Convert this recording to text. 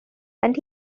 and